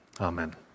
Amen